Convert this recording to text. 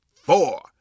four